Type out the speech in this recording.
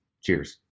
cheers